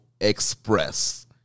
Express